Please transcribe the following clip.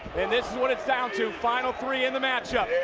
and this is what it's down to, final three in the matchup